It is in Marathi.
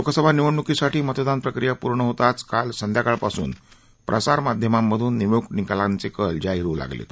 लोकसभा निवडण्कीसाठी मतदान प्रक्रिया पूर्ण होताच काल संध्याकाळ पासून प्रसार माध्यमांमधून निवडणूक निकालाचे कल जाहीर होऊ लागलेत